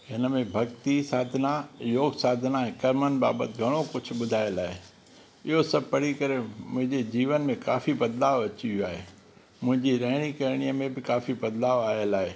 हिन में भक्ति साधना योग साधना कर्मनि बाबति घणो कुझु ॿुधायलु आहे इहो सभु पढ़ी करे मुंहिंजी जीवन में काफ़ी बदलाव अची वियो आहे मुंहिंजी रहणी करणीअ में बि काफ़ी बदलाव आयलु आहे